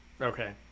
Okay